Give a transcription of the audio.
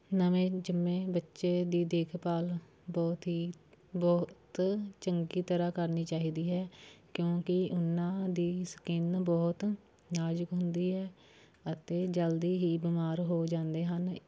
ਨਵੇਂ ਜੰਮੇ ਬੱਚੇ ਦੀ ਦੇਖਭਾਲ ਬਹੁਤ ਹੀ ਬਹੁਤ ਚੰਗੀ ਤਰ੍ਹਾਂ ਕਰਨੀ ਚਾਹੀਦੀ ਹੈ ਕਿਉਂਕਿ ਓਹਨਾਂ ਦੀ ਸਕਿੰਨ ਬਹੁਤ ਨਾਜੁਕ ਹੁੰਦੀ ਹੈ ਅਤੇ ਜਲਦੀ ਹੀ ਬਿਮਾਰ ਹੋ ਜਾਂਦੇ ਹਨ